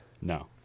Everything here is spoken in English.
no